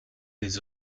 les